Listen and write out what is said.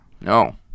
No